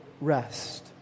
rest